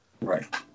right